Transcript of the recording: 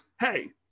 Hey